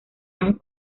han